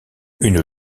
une